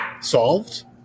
solved